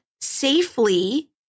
safely